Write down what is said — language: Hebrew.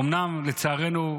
אומנם לצערנו,